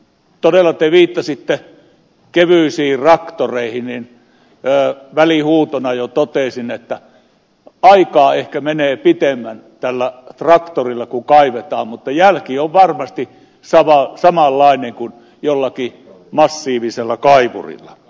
todella kun te viittasitte kevyisiin traktoreihin niin välihuutona jo totesin että aikaa ehkä menee pitempään tällä traktorilla kun kaivetaan mutta jälki on varmasti samanlainen kuin jollakin massiivisella kaivurilla